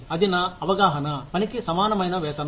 అది నా అవగాహన పనికి సమానమైన వేతనం